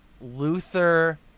Luther